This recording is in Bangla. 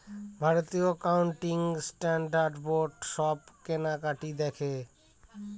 ভারতীয় একাউন্টিং স্ট্যান্ডার্ড বোর্ড সব কেনাকাটি দেখে